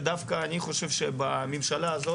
ודווקא אני חושב שבממשלה הזאת,